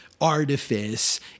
artifice